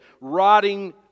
rotting